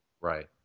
Right